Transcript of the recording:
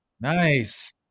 Nice